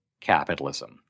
capitalism